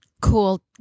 cool